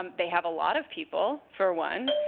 um they have a lot of people, for one,